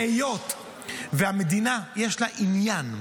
היות שלמדינה יש עניין,